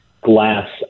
glass